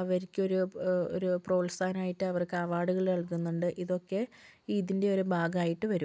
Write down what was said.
അവർക്കൊരു ഒരു പ്രോത്സാഹനായിട്ട് അവർക്ക് അവാർഡ്കള് നൽകുന്നുണ്ട് ഇതൊക്കെ ഇതിൻ്റെ ഒരു ഭാഗായിട്ട് വരും